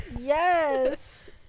yes